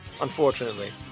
unfortunately